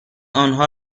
آنها